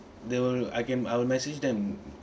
there will I can I'll message them